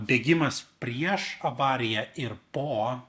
bėgimas prieš avariją ir po